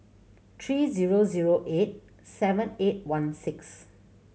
three zero zero eight seven eight one six